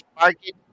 Market